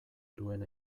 duen